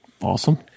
Awesome